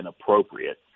appropriate